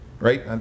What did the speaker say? right